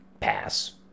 Pass